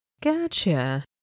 Gotcha